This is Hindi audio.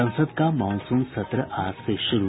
संसद का मॉनसून सत्र आज से शुरू